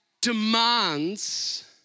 demands